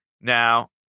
now